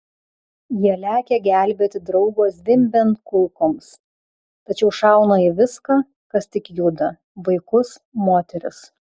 jie lekia gelbėti draugo zvimbiant kulkoms tačiau šauna į viską kas tik juda vaikus moteris